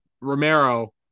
romero